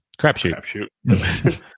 crapshoot